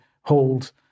hold